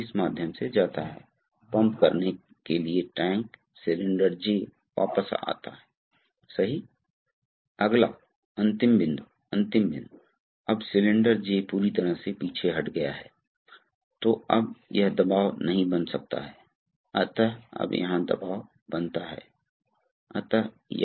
तो इसलिए अचानक दबाव बढ़ने को नियंत्रित किया जा सकता है दूसरी बात यह है कि अगर अब दबाव है मान लीजिए कि दबाव धीरे धीरे बढ़ता है तो वह घटना नहीं होगी लेकिन फिर एक निश्चित मूल्य पर इस चरण को सील कर दें उदाहरण के लिए इस स्थिति में यह टैंक से जुड़ा है लेकिन इस स्थिति में मान लीजिए कि यह है यह वाल्व इस स्थिति में है इसलिए यह पंप से जुड़ा है यह पंप पुट है